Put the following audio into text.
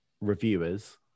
reviewers